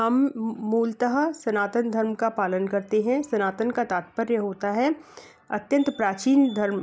हम मूलतः सनातन धर्म का पालन करते हैं सनातन का तात्पर्य होता है अत्यंत प्राचीन धर्म